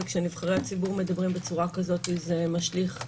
כשנבחרי הציבור מדברים בצורה כזאת, זה משליך על